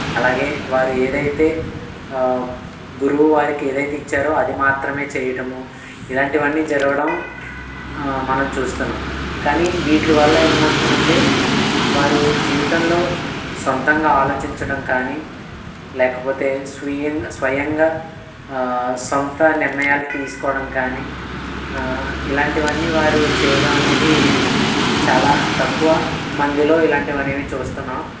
అలాగే వారు ఏదైతే గురువు వారికి ఏదైతే ఇచ్చారో అది మాత్రమే చేయటము ఇలాంటివన్నీ జరగడం మనం చూస్తున్నాం కానీ వీటి వల్ల ఏమవుతుంది అంటే వారు జీవితంలో సొంతంగా ఆలోచించడం కానీ లేకపోతే స్వీయ స్వయంగా సొంత నిర్ణయాలు తీసుకోవడం కానీ ఇలాంటివన్నీ వారు చేయడం అనేది చాలా తక్కువ మందిలో ఇలాంటివి అనేవి చూస్తున్నాం